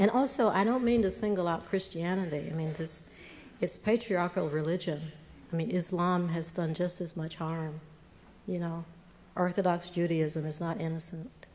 and also i don't mean to single out christianity i mean because it's patriarchal religion i mean islam has done just as much harm you know orthodox judaism is not innocent